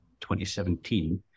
2017